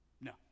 no